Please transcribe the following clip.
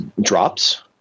drops